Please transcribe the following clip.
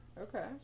Okay